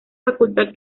facultad